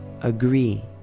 agree